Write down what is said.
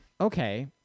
Okay